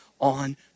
on